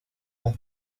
umwe